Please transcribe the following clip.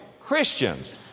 Christians